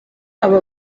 aba